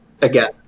again